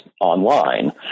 online